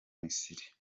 misiri